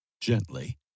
gently